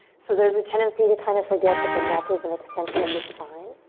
so there's a tendency to kind of forget that the neck is an extension of the spine.